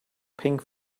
pink